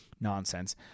nonsense